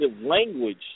language